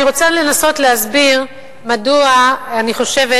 אני רוצה לנסות להסביר מדוע אני חושבת